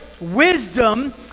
Wisdom